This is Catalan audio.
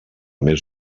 més